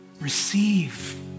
receive